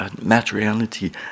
materiality